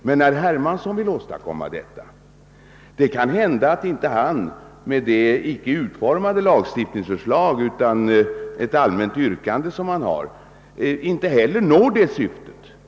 Men herr Hermansson vill åstadkomma detta. Det kan hända att han med det yrkande han har — något lagstiftningsförslag är ännu inte utformat — inte heller når det syftet.